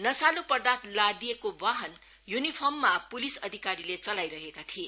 नशालु पदार्थ लादिएका वाहन युनिफार्ममा पुलिस अधिकारीले चलाइरहेका थिए